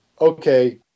okay